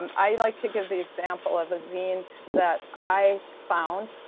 um i like to give the example of a zine that i found,